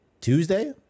Tuesday